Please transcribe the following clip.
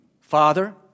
Father